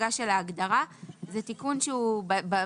של ההגדרה, זה תיקון בנוסח.